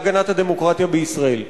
להגנת הדמוקרטיה בישראל.